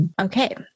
Okay